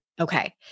Okay